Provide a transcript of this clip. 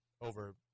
over